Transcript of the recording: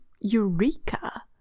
eureka